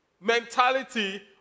mentality